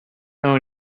know